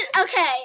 okay